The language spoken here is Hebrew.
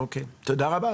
אוקיי, תודה רבה.